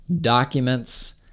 documents